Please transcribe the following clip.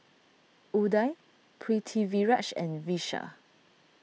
Udai Pritiviraj and Vishal